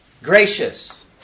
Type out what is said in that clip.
Gracious